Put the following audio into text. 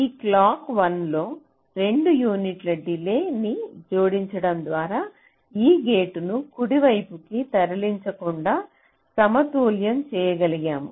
ఈ క్లాక్ 1 లో 2 యూనిట్ల డిలే న్ని జోడించడం ద్వారా ఈ గేట్లను కుడివైపుకి తరలించకుండా సమతుల్యం చేయగలిగాము